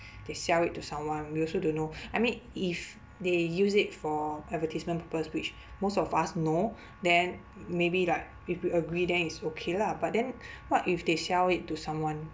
they sell it to someone we also don't know I mean if they use it for advertisement purpose which most of us know then maybe like if we agree then it's okay lah but then what if they sell it to someone